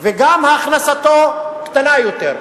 וגם הכנסתו קטנה יותר.